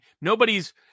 nobody's